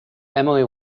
emily